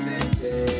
City